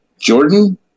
jordan